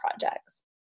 projects